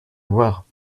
voir